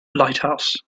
lighthouse